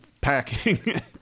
packing